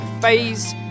Phase